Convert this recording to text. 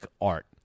art